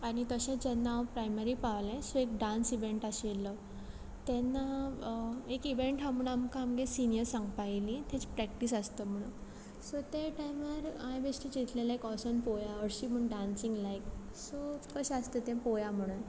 आनी तशें जेन्ना हांव प्रायमरी पावलें सो डान्स इवेंट आशिल्लो तेन्ना एक इवेंट आहा म्हूण आमकां आमगे सिनियर्स सांगपा येयली तेजी प्रॅक्टीस आसत म्हूण सो ते टायमार हांयें बेश्टें चिंतलेलें एक वोसोन पोवया हरशीं म्हूण डान्सींग लायक सो कशें आसता तें पोवया म्हणोन